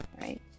Right